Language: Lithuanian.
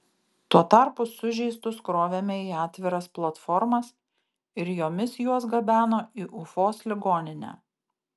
tuo tarpu sužeistus krovėme į atviras platformas ir jomis juos gabeno į ufos ligoninę